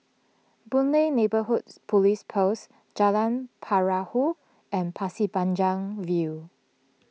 Boon Lay Neighbourhoods Police Post Jalan Perahu and Pasir Panjang View